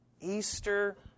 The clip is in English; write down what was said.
Easter